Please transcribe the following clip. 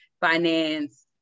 finance